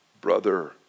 brother